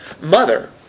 mother